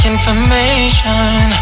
information